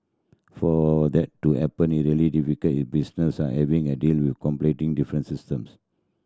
for that to happen it really difficult if business are having a deal with completely different systems